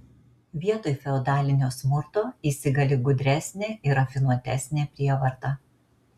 vietoj feodalinio smurto įsigali gudresnė ir rafinuotesnė prievarta